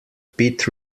pit